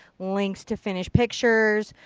links to finished pictures.